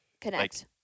connect